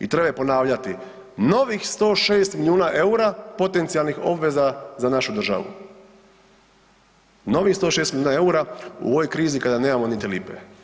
i treba je ponavljati, novih 106 milijuna EUR-a potencijalnih obveza za našu državu, novih 106 milijuna EUR-a u ovoj krizi kada nemamo niti lipe.